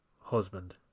Husband